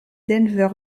denver